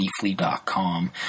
leafly.com